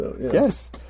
yes